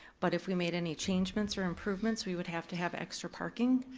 but if we made any changements or improvements we would have to have extra parking.